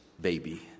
baby